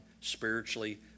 spiritually